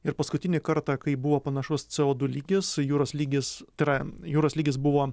ir paskutinį kartą kai buvo panašus c o du lygis jūros lygis tai yra jūros lygis buvo